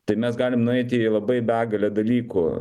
tai mes galim nueiti į labai begalę dalykų